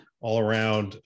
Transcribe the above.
all-around